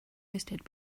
hosted